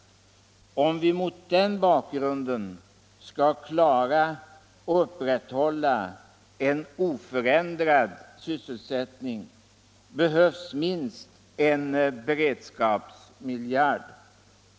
Om vi mot den bakgrunden skall klara att upprätthålla en oförändrad sysselsättning behövs minst en beredskapsmiljard.